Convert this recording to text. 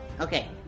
Okay